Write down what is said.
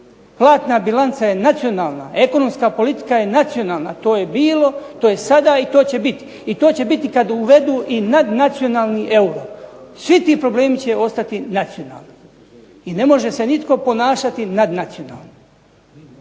platna bilanca je nacionalna, ekonomska politika je nacionalna. To je bilo, to je sada i to će biti. I to će biti kada uvedu i nadnacionalni euro. Svi ti problemi će ostati nacionalni. I ne može se nitko ponašati nadnacionalno.